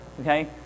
Okay